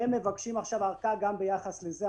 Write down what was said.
הם מבקשים עכשיו ארכה גם ביחס לזה.